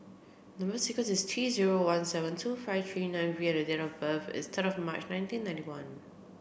number sequence is T zero one seven two five three nine V and date of birth is third of March nineteen ninety one